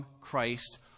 Christ